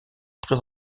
très